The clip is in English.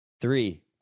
Three